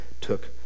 took